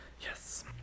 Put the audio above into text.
yes